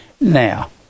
now